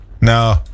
No